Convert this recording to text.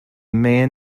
man